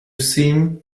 seem